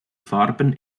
farben